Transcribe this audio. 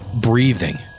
Breathing